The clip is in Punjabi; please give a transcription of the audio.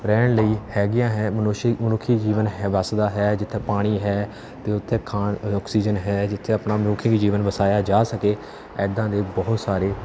ਰਹਿਣ ਲਈ ਹੈਗੀਆਂ ਹੈ ਮਨੁੱਖ ਮਨੁੱਖੀ ਜੀਵਨ ਹੈ ਵਸਦਾ ਹੈ ਜਿੱਥੇ ਪਾਣੀ ਹੈ ਅਤੇ ਉੱਥੇ ਖਾਣ ਆਕਸੀਜਨ ਹੈ ਜਿੱਥੇ ਆਪਣਾ ਮਨੁੱਖੀ ਵੀ ਜੀਵਨ ਵਸਾਇਆ ਜਾ ਸਕੇ ਇੱਦਾਂ ਦੇ ਬਹੁਤ ਸਾਰੇ